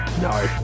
No